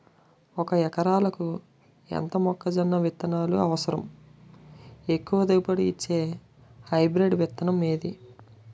ఒక ఎకరాలకు ఎంత మొక్కజొన్న విత్తనాలు అవసరం? ఎక్కువ దిగుబడి ఇచ్చే హైబ్రిడ్ విత్తనం ఏది?